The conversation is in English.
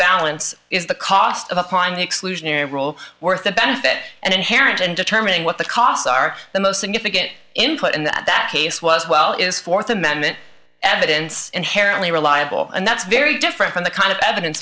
balance is the cost of applying the exclusionary rule worth the benefit and inherent in determining what the costs are the most significant input in that case was well is fourth amendment evidence inherently reliable and that's very different from the kind of evidence